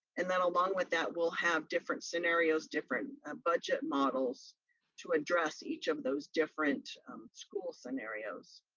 and then along with that, we'll have different scenarios, different ah budget models to address each of those different school scenarios.